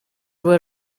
were